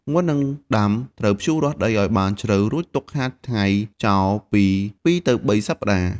មុននឹងដាំ ត្រូវភ្ជួររាស់ដីឲ្យបានជ្រៅ រួចទុកហាលថ្ងៃចោលពី ២ ទៅ ៣ សប្ដាហ៍។